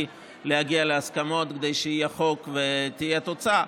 להגיע להסכמות כדי שיהיה חוק ותהיה התוצאה.